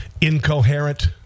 incoherent